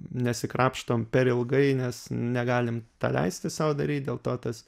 neišsikrapštom per ilgai nes negalim leisti sau daryt dėl to tas